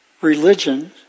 religion